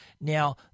Now